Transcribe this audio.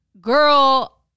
Girl